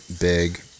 big